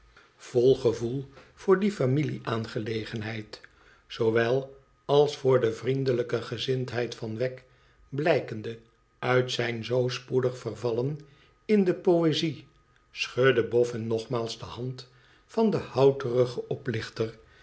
vol gevoel voor die familie aangelegenheid zoowel als voor de vriendelijke iezindheid van wegg blijkende uit zijn zoo spoedig vervallen in de poëzie schudde boffin nogmaals de hand van den houterigen oplichter